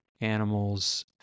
animals